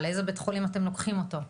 לאיזה בית חולים אתם לוקחים אותו?